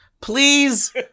Please